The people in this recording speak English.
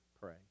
pray